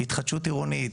התחדשות עירונית,